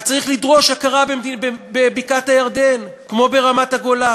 אז צריך לדרוש הכרה בבקעת-הירדן, כמו ברמת-הגולן,